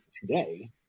today